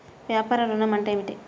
వ్యాపార ఋణం అంటే ఏమిటి?